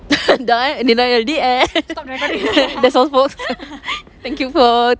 dah eh denial the end that's all folks thank you for